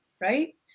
right